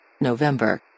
November